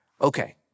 Okay